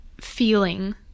feeling